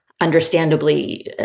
understandably